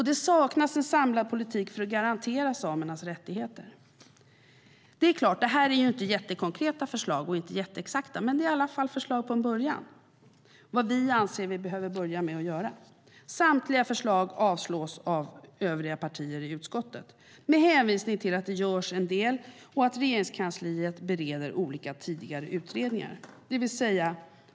Det saknas en samlad politik för att garantera samernas rättigheter. Det är klart att det här inte är jättekonkreta eller jätteexakta förslag. Men det är i alla fall förslag på en början. Det är vad vi anser att man behöver börja med att göra. Samtliga förslag avslås av övriga partier i utskottet med hänvisning till att det görs en del och att Regeringskansliet bereder olika tidigare utredningar.